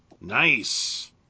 Nice